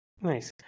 Nice